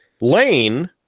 Lane